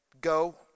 Go